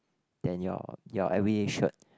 than your everyday shirt